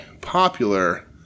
popular